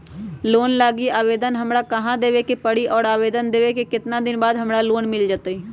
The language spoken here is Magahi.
लोन लागी आवेदन हमरा कहां देवे के पड़ी और आवेदन देवे के केतना दिन बाद हमरा लोन मिल जतई?